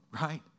right